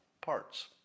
parts